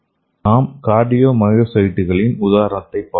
நாம் கார்டியோமியோசைட்டுகளின் உதாரணத்தைப் பார்ப்போம்